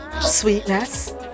sweetness